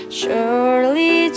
surely